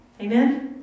Amen